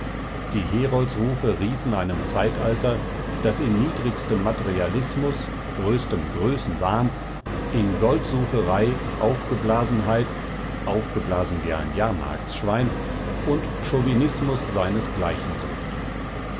die heroldsrufe riefen einem zeitalter das in niedrigstem materialismus größtem größenwahn in goldsucherei aufgeblasenheit aufgeblasen wie ein jahrmarktsschwein und chauvinismus seinesgleichen suchte